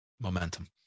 momentum